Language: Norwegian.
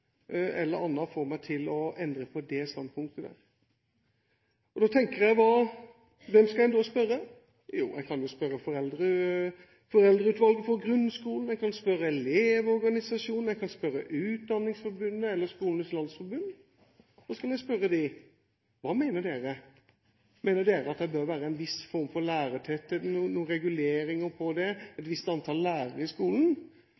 eller annet kan få meg til å endre det standpunktet. Da tenker jeg: Hvem skal en spørre? Jo, en kan jo spørre Foreldreutvalget for grunnskolen, en kan spørre Elevorganisasjonen, en kan spørre Utdanningsforbundet eller Skolenes Landsforbund. Da kan en spørre dem: Hva mener dere? Mener dere at det bør være en viss form for lærertetthet eller noen reguleringer på det, et visst antall lærere i skolen?